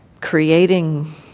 creating